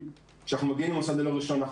כשאנחנו מגיעים למוסד ללא רישיון אנחנו